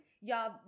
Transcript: Y'all